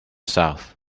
south